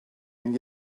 and